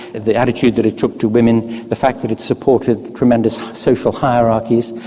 of the attitude that it took to women, the fact that it supported tremendous social hierarchies,